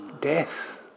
death